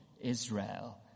Israel